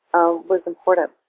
um was important.